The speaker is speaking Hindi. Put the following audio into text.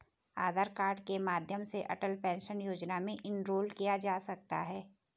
आधार कार्ड के माध्यम से अटल पेंशन योजना में इनरोल किया जा सकता है